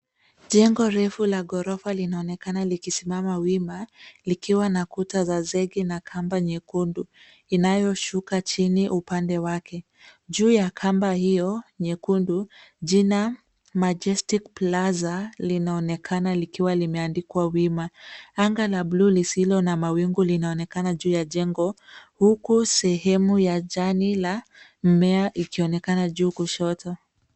Jengo refu la ghorofa linaonekana likisimama wima likiwa na kuta za zege na kamba nyekundu inayoshuka chini upande wake. Juu ya kamba hiyo nyekundu jina Majestic Plaza linaonekana likiwa limeandikwa wima. Anga la bluu lisilo na mawingu linaonekana juu ya jengo huku sehemu ya jani la mmea ikionekana juu kushoto.